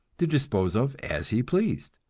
to dispose of as he pleased.